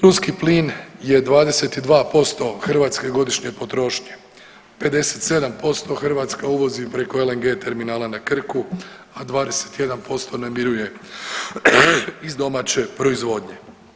Ruski plin je 22% hrvatske godišnje potrošnje, 57% Hrvatska uvozi preko LNG terminala na Krku, a 21% namiruje iz domaće proizvodnje.